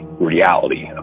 reality